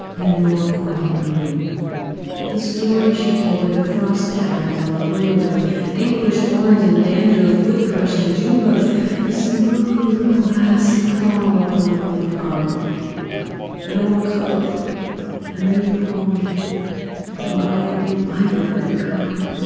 and your quiet breathing the stories you told me the frost patterns on the windows english horns and banjos wood thrush and june bugs the smooth glassy calm of the morning pond an old coat a new poem my library card